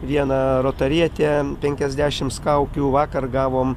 viena rotarietė penkiasdešimts kaukių vakar gavom